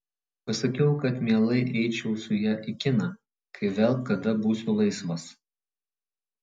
pasakiau kad mielai eičiau su ja į kiną kai vėl kada būsiu laisvas